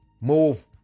Move